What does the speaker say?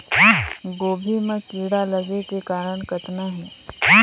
गोभी म कीड़ा लगे के कारण कतना हे?